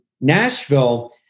Nashville